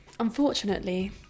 unfortunately